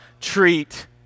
treat